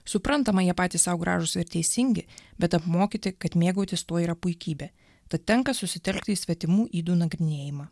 suprantama jie patys sau gražūs ir teisingi bet apmokyti kad mėgautis tuo yra puikybė tad tenka susitelkti į svetimų ydų nagrinėjimą